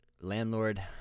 landlord